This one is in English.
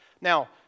Now